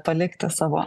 palikti savo